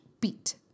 beat